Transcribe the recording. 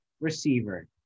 receiver